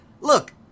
Look